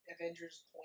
Avengers